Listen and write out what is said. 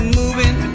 moving